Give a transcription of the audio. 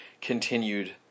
continued